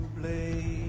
play